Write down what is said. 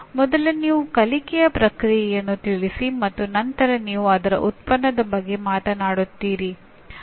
ಮೊದಲು ನೀವು ಕಲಿಕೆಯ ಪ್ರಕ್ರಿಯೆಯನ್ನು ತಿಳಿಸಿ ಮತ್ತು ನಂತರ ನೀವು ಅದರ ಉತ್ಪನ್ನದ ಬಗ್ಗೆ ಮಾತನಾಡುತ್ತೀರಿ